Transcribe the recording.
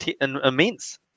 immense